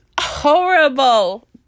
horrible